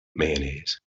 mayonnaise